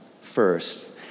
first